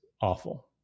awful